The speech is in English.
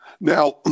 Now